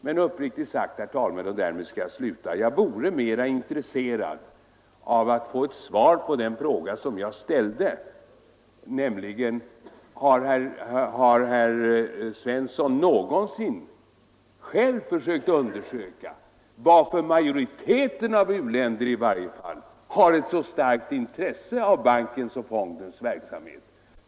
Men uppriktigt sagt, och därmed skall jag sluta, vore jag mera intresserad av att få ett svar på den fråga som jag ställde, nämligen om herr Svensson någonsin har försökt utröna varför i varje fall majoriteten av u-länder har ett så starkt intresse av bankens och fondens verksamhet?